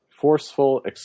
forceful